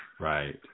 Right